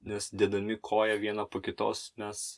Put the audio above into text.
nes dėdami koją vieną po kitos mes